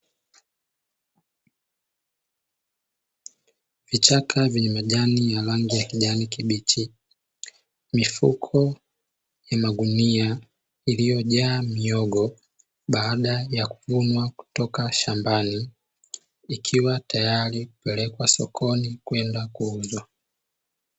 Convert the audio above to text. Vichaka vyenye majani ya rangi ya kijani kibichi, mifuko ya magunia iliyojaa mihogo baada ya kuvunwa kutoka shambani ikiwa tayari kupelekwa sokoni kwenda kuuzwa.